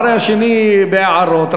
חבר הכנסת ליצמן, אתם, האחד אחרי השני בהערות.